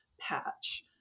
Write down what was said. patch